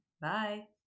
bye